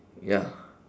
ya